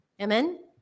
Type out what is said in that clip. Amen